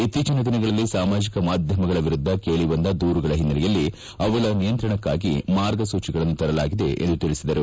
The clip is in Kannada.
ಇತ್ತೀಚಿನ ದಿನಗಳಲ್ಲಿ ಸಾಮಾಜಿಕ ಮಾಧ್ಯಮಗಳ ವಿರುದ್ದ ಕೇಳಿ ಬಂದ ದೂರುಗಳ ಹಿನ್ನೆಲೆಯಲ್ಲಿ ಅವುಗಳ ನಿಯಂತ್ರಣಕ್ಕಾಗಿ ಮಾರ್ಗಸೂಚಿಗಳನ್ನು ತರಲಾಗಿದೆ ಎಂದು ತಿಳಿಸಿದರು